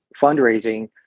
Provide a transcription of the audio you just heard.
fundraising